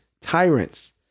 tyrants